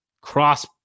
cross